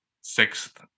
sixth